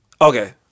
okay